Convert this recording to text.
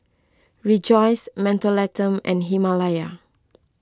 Rejoice Mentholatum and Himalaya